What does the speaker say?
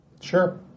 Sure